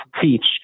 teach